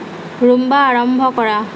Roomba আৰম্ভ কৰা